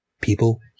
People